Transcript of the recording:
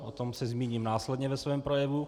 O tom se zmíním následně ve svém projevu.